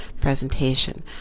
presentation